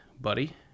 buddy